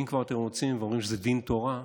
אם כבר אתם רוצים ואומרים שזה דין תורה,